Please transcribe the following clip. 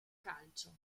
calcio